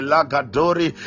Lagadori